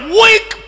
weak